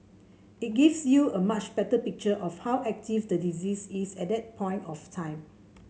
it gives you a much better picture of how active the disease is at that point of time